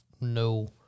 no